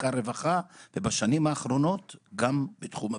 בעיקר רווחה ובשנים האחרונות גם בתחום הבטיחות.